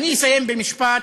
אסיים במשפט